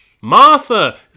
Martha